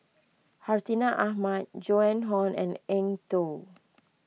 Hartinah Ahmad Joan Hon and Eng Tow